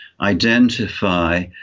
identify